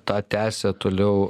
tą tęsia toliau